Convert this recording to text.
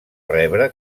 rebre